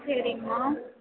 சரிமா